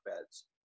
beds